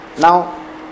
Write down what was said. Now